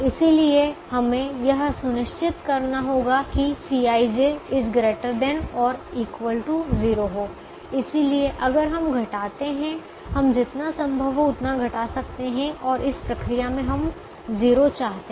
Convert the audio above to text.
इसलिए हमें यह सुनिश्चित करना होगा कि Cij ≥ 0 हो इसलिए अगर हम घटाते हैं हम जितना संभव हो उतना घटा सकते हैं और इस प्रक्रिया में हम 0 चाहते हैं